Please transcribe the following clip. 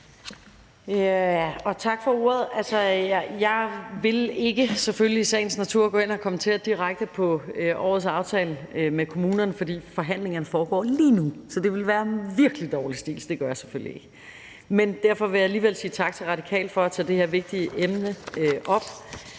ikke – det ligger i sagens natur – gå ind og kommentere direkte på årets aftale med kommunerne, fordi forhandlingerne foregår lige nu. Det ville være virkelig dårlig stil, så det gør jeg selvfølgelig ikke. Men derfor vil jeg alligevel sige tak til De Radikale for at tage det her vigtige emne op.